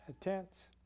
tents